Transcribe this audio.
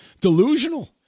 delusional